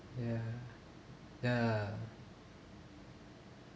ya ya